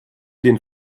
den